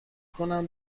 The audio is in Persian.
کنم